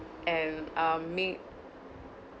and um make